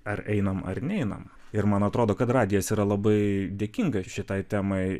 ar einam ar neinam ir man atrodo kad radijas yra labai dėkinga šitai temai